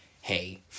hey